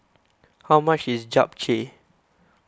how much is Japchae